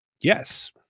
yes